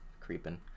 creeping